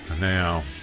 Now